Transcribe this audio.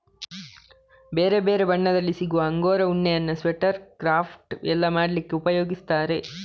ಬೇರೆ ಬೇರೆ ಬಣ್ಣದಲ್ಲಿ ಸಿಗುವ ಅಂಗೋರಾ ಉಣ್ಣೆಯನ್ನ ಸ್ವೆಟರ್, ಕ್ರಾಫ್ಟ್ ಎಲ್ಲ ಮಾಡ್ಲಿಕ್ಕೆ ಉಪಯೋಗಿಸ್ತಾರೆ